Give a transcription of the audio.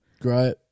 Great